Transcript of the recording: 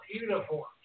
uniforms